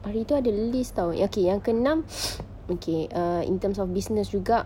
hari itu ada list [tau] okay yang keenam okay err in terms of business juga